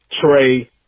Trey